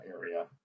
area